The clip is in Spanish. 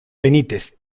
benítez